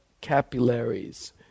capillaries